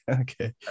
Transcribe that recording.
okay